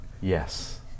Yes